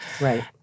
Right